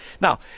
Now